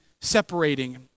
separating